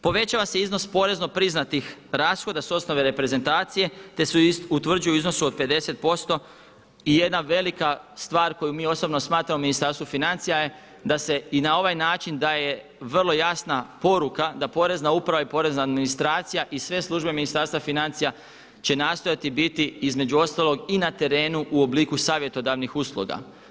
Povećava se iznos porezno priznatih rashoda s osnove reprezentacije te se utvrđuju u iznosu od 50% i jedna velika stvar koju mi osobno smatramo u Ministarstvu financija je da se i na ovaj način daje vrlo jasna poruka da Porezna uprava i porezna administracija i sve službe Ministarstva financija će nastojati biti između ostalog i na terenu u obliku savjetodavnih usluga.